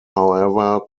however